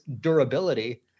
durability